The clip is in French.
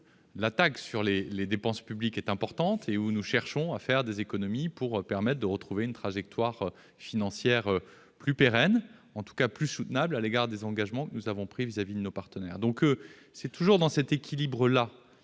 l'attaque sur les dépenses publiques est importante et où nous cherchons à faire des économies pour permettre de retrouver une trajectoire financière plus pérenne, en tout cas plus soutenable, compte tenu des engagements que nous avons pris vis-à-vis de nos partenaires. C'est toujours en respectant cette